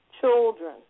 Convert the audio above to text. children